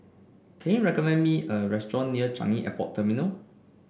can you recommend me a restaurant near Changi Airport Terminal